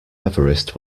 everest